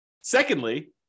secondly